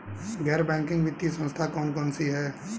गैर बैंकिंग वित्तीय संस्था कौन कौन सी हैं?